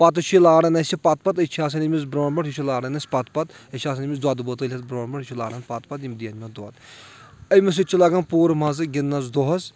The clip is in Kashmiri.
پتہٕ چھِ یہِ لاران اسہِ یہِ پتہٕ پتہٕ أسۍ چھِ آسان أمِس برونٛہہ برونٛہہ یہِ چھُ لاران اسہِ پتہٕ پتہٕ أسۍ چھِ آسان أمِس دۄدٕ بٕٲتل ہِیتَھ برونٛہہ برونٛہہ یہِ چھُ لاران پتہٕ پتہٕ یِم دِہَن دۄد أمِس سۭتۍ چھُ لگان پوٗرٕ مَزٕ گِنٛدنس دۄہَس